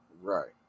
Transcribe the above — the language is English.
Right